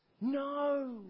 no